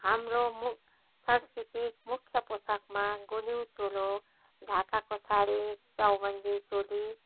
हाम्रो मुख्य सांस्कृतिक मुख्य पोसाकमा गुन्यु चोलो ढाकाको सारी चौबन्दी चोली